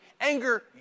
anger